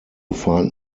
find